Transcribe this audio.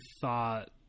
thought